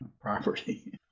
property